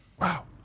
Wow